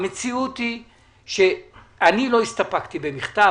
המציאות היא שאני לא שאני לא הסתפקתי במכתב.